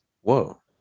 Whoa